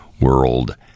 World